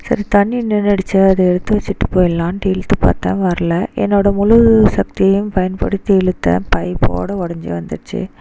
சரி தண்ணீ நின்றுடுச்சே அதை எடுத்து வச்சுட்டு போயிடலான்ட்டு இழுத்து பார்த்தா வரலை என்னோடய முழு சக்தியும் பயன்படுத்தி இழுத்தேன் பைப்போடய உடஞ்சி வந்துடுச்சு